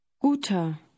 Guter